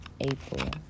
April